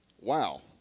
Wow